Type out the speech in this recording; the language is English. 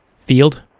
field